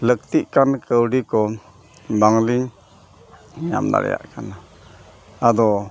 ᱞᱟᱹᱠᱛᱤᱜ ᱠᱟᱱ ᱠᱟᱹᱣᱰᱤ ᱠᱚ ᱵᱟᱝᱞᱤᱧ ᱧᱟᱢ ᱫᱟᱲᱮᱭᱟᱜ ᱠᱟᱱᱟ ᱟᱫᱚ